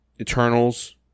Eternals